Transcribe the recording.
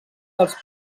dels